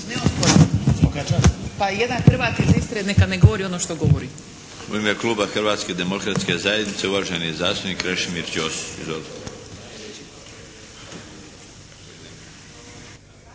kluba Hrvatske demokratske zajednice, uvaženi zastupnik Krešimir Ćosić.